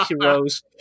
Heroes